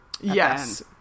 Yes